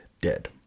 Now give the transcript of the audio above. dead